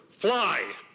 Fly